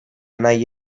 nahi